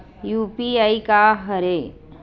UPI का हरय?